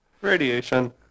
radiation